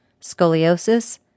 scoliosis